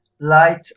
Light